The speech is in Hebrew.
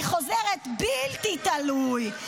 אני חוזרת: בלתי תלוי.